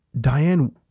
Diane